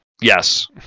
yes